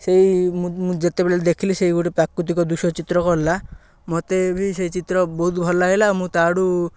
ସେଇ ମୁଁ ମୁଁ ଯେତେବେଳେ ଦେଖିଲି ସେଇ ଗୋଟେ ପ୍ରାକୃତିକ ଦୃଶ୍ୟ ଚିତ୍ର କଲା ମୋତେ ବି ସେଇ ଚିତ୍ର ବହୁତ ଭଲ ଲାଗିଲା ମୁଁ ତାଆଡ଼ୁ